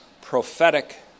prophetic